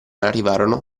arrivarono